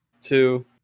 two